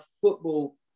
football